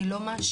אני לא מאשימה.